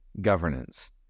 governance